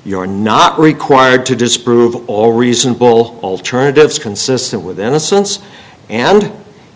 verdict you're not required to disprove all reasonable alternatives consistent with innocence and